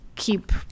keep